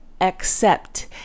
accept